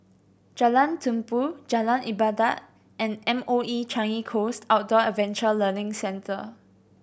Jalan Tumpu Jalan Ibadat and M O E Changi Coast Outdoor Adventure Learning Centre